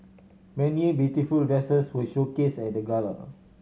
many beautiful dresses were showcase at the gala